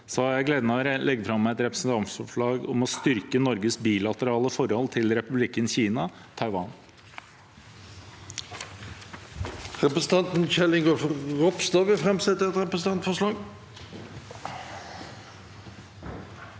jeg gleden av å legge fram et representantforslag om å styrke Norges bilaterale forhold til Republikken Kina (Taiwan).